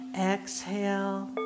exhale